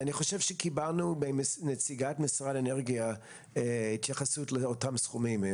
אני חושב שקיבלנו מנציגת משרד האנרגיה התייחסות לאותם סכומים.